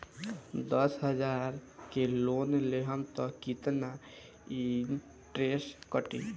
दस हजार के लोन लेहम त कितना इनट्रेस कटी?